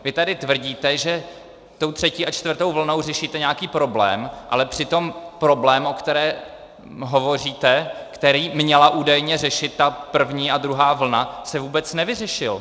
Vy tady tvrdíte, že tou třetí a čtvrtou vlnou řešíte nějaký problém, ale přitom problém, o kterém hovoříte, který měla údajně řešit ta první a druhá vlna, se vůbec nevyřešil.